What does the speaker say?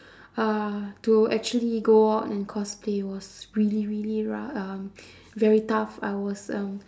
uh to actually go out and cosplay was really really rou~ um very tough I was um